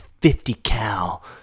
50-cal